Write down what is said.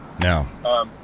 No